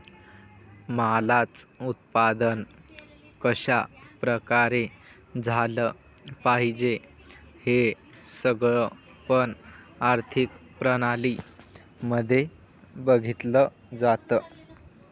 मालाच उत्पादन कशा प्रकारे झालं पाहिजे हे सगळं पण आर्थिक प्रणाली मध्ये बघितलं जातं